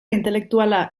intelektuala